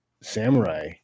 samurai